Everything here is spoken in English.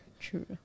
true